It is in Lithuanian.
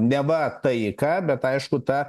neva taiką bet aišku ta